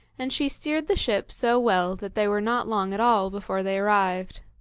and she steered the ship so well that they were not long at all before they arrived.